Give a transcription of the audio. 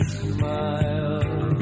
smile